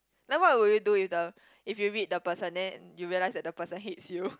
then what will you do if the if you read the person then you realise that the person hates you